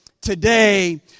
today